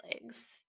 legs